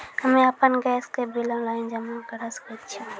हम्मे आपन गैस के बिल ऑनलाइन जमा करै सकै छौ?